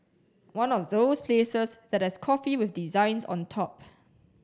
one of those places that has coffee with designs on top